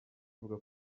ivuga